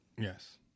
Yes